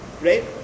right